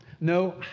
no